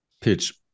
pitch